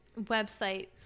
Websites